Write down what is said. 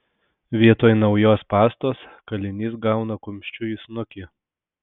vietoj naujos pastos kalinys gauna kumščiu į snukį